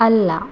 അല്ല